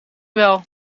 wel